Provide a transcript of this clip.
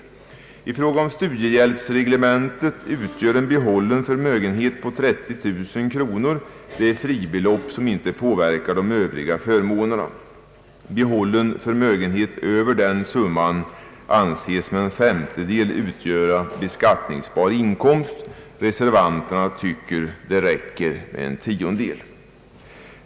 I studiehjälpsreglementet utgör en behållen förmögenhet på 30 000 kronor det fribelopp som inte påverkar de övriga förmånerna. Behållen förmögenhet över den summan anses med en femtedel utgöra beskattningsbar inkomst. Reservanterna anser att det räcker med en tiondel.